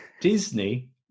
Disney